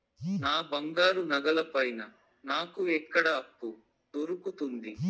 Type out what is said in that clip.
నా బంగారు నగల పైన నాకు ఎక్కడ అప్పు దొరుకుతుంది